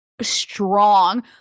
Strong